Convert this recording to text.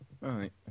Right